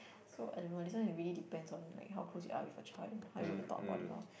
so I don't know this one it really depends on like how close you are with your child and how you going to talk about it lor